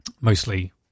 mostly